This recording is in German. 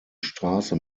straße